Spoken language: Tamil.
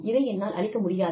இதை என்னால் அளிக்க முடியாது